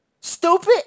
Stupid